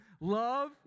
Love